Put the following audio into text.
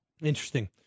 Interesting